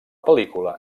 pel·lícula